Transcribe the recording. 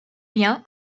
liens